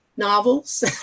novels